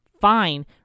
fine